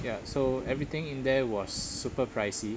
ya so everything in there was super pricey